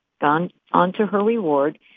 gone-on-to-her-reward